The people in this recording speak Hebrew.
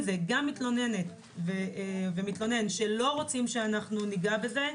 במקרים של מתלוננים שלא רוצים שאנחנו ניגע בזה,